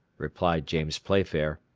replied james playfair.